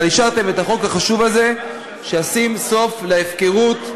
אישרתם את החוק החשוב הזה שישם סוף להפקרות.